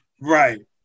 Right